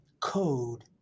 code